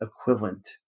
equivalent